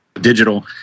digital